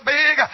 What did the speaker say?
big